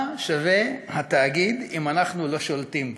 מה שווה התאגיד אם אנחנו לא שולטים בו.